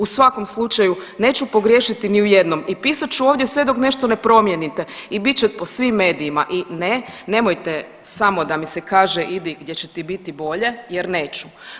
U svakom slučaju neću pogriješiti ni u jednom i pisat ću ovdje sve dok nešto ne promijenite i bit će po svim medijima i ne nemojte samo da mi se kaže idi gdje će ti biti bolje jer neću.